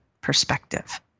perspective